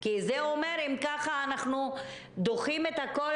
כי זה אומר אם כך שאנחנו דוחים את הכול